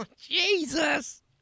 Jesus